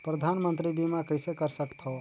परधानमंतरी बीमा कइसे कर सकथव?